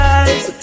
eyes